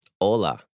Hola